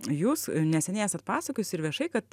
jūs neseniai esat pasakojusi ir viešai kad